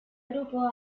grupo